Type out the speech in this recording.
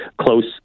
close